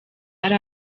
yari